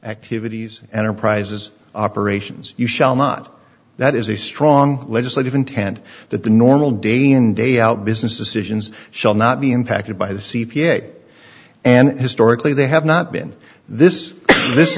activities enterprises operations you shall not that is a strong legislative intent that the normal day in day out business decisions shall not be impacted by the c p a and historically they have not been this this